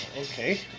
okay